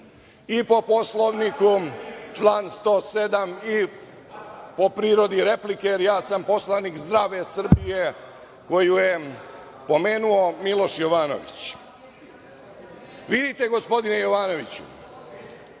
i po Poslovniku, član 107, i po prirodi replike, jer ja sam poslanik Zdrave Srbije koju je pomenuo Miloš Jovanović. Vidite, gospodine Jovanoviću,